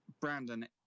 Brandon